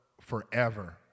forever